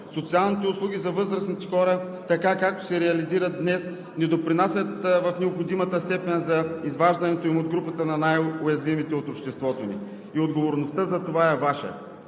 Социалните услуги за възрастните хора, така както се реализират днес, не допринасят в необходимата степен за изваждането им от групата на най-уязвимите от обществото ни и отговорността за това е Ваша.